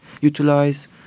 utilize